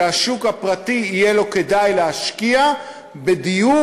שלשוק הפרטי יהיה כדאי להשקיע בדיור